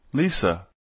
Lisa